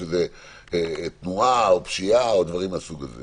שזה תנועה או פשיעה או דברים מהסוג הזה.